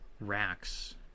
Racks